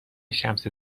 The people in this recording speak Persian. شمس